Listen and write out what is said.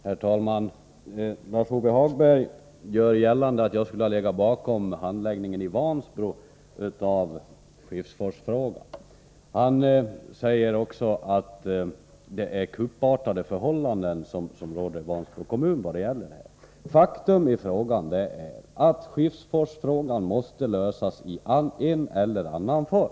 Herr talman! Lars-Ove Hagberg gör gällande att jag har legat bakom handläggningen i Vansbro av Skiffsforsfrågan. Han säger också att det skedde under kuppartade former i Vansbro kommun. Ett faktum är att Skiffsforsfrågan måste lösas i en eller annan form.